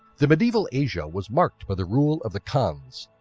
the medieval asia was marked by the rule of the khan's.